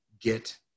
get